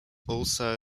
also